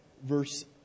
verse